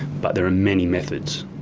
but there are many methods.